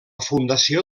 fundació